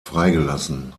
freigelassen